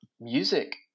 music